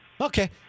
Okay